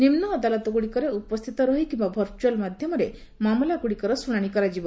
ନିମ୍ନ ଅଦାଲତଗୁଡ଼ିକରେ ଉପସ୍ଥିତ ରହି କିମ୍ଟା ଭରୂଆଲ ମାଧ୍ଧମରେ ମାମଲା ଗୁଡ଼ିକର ଶୁଣାଶି କରାଯିବ